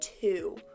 two